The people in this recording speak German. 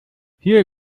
hier